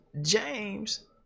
James